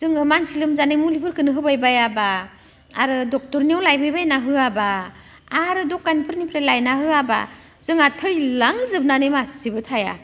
जोङो मानसि लोमजानाय मुलिफोरखौनो होबाय बायाबा आरो डक्ट'रनियाव लायबायबायना होआबा आरो दखानफोरनिफ्राय लायनानै होआबा जोंहा थैलांजोबनानै मासेबो थाया